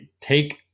take